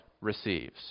receives